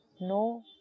No